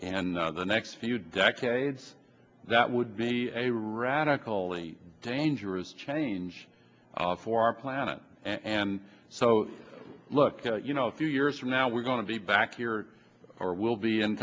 and the next few decades that would be a radical and dangerous change for our planet and so look you know a few years from now we're going to be back here or will be in